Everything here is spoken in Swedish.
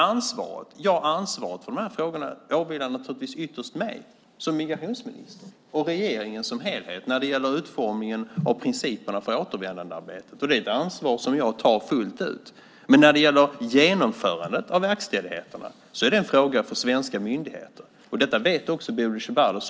Ansvaret för de här frågorna åvilar naturligtvis ytterst mig som migrationsminister och regeringen som helhet när det gäller utformningen av principerna för återvändandearbetet. Det är ett ansvar som jag fullt ut tar. Men genomförandet av verkställigheterna är en fråga för svenska myndigheter - detta vet också Bodil Ceballos om.